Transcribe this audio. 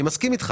אני מסכים איתך.